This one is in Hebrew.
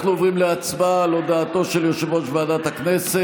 אנחנו עוברים להצבעה על הודעתו של יושב-ראש הוועדה המסדרת.